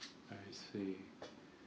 I see